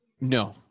No